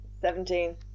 Seventeen